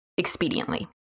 expediently